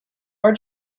are